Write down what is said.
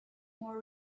more